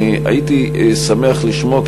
והייתי שמח לשמוע,